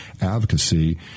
advocacy